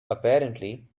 apparently